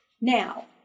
Now